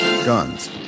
Guns